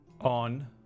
on